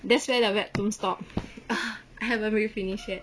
that's where the web toon stop I haven't really finish yet